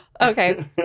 Okay